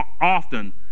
often